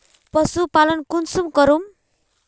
पशुपालन कुंसम करूम?